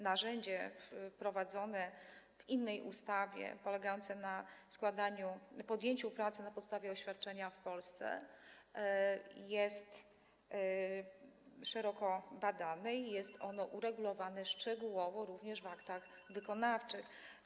Narzędzie wprowadzone w innej ustawie, polegające na składaniu... na podjęciu pracy na podstawie oświadczenia w Polsce jest szeroko badane i jest ono uregulowane szczegółowo również w aktach wykonawczych.